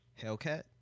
Hellcat